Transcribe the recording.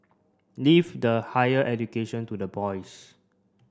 leave the higher education to the boys